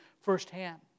firsthand